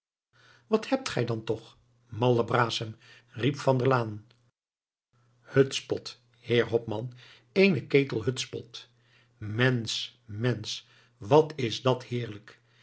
wat hebt gij dan toch malle brasem riep van der laan hutspot heer hopman eenen ketel hutspot mensch mensch wat is dat heerlijk